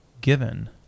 given